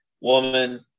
woman